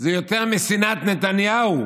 זה יותר משנאת נתניהו.